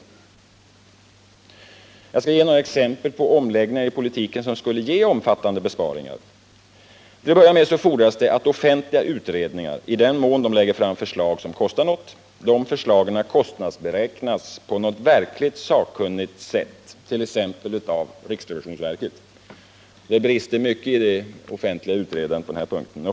Jag skall ge några exempel på omläggningar i politiken som skulle ge omfattande besparingar. Till att börja med fordras det att förslag från offentliga utredningar, i den mån de kostar något, kostnadsberäknas på ett verkligt sakkunnigt sätt, t.ex. av riksrevisionsverket. Det brister mycket i det offentliga utredandet på den punkten.